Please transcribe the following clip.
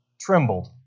trembled